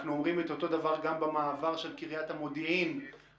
אנחנו אומרים את אותו דבר גם במעבר של קריית המודיעין לדרום,